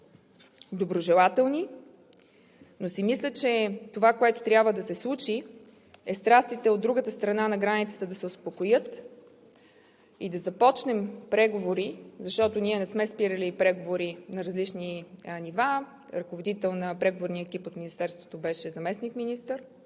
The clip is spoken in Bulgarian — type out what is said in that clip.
доброжелателни, но си мисля, че това, което трябва да се случи, е страстите от другата страна на границата да се успокоят и да започнем преговори, защото ние не сме спирали преговорите на различни нива – ръководител на преговорния екип от Министерството беше заместник-министър